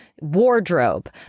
wardrobe